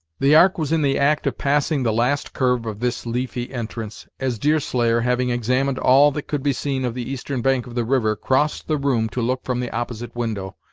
the ark was in the act of passing the last curve of this leafy entrance, as deerslayer, having examined all that could be seen of the eastern bank of the river, crossed the room to look from the opposite window,